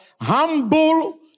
humble